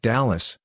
Dallas